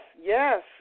Yes